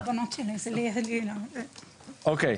אוקי,